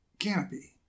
canopy